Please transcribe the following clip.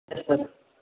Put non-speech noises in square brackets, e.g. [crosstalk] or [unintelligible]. [unintelligible]